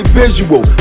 visual